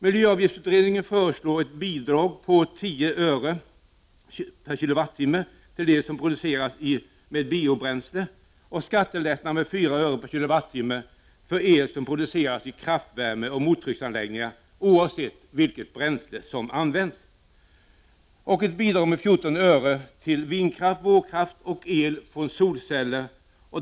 Miljöavgiftsutredningen föreslår ett bidrag på 10 öre kWh för el som produceras i kraftvärme kWh till vindkraft, vågkraft och el från solceller.